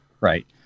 right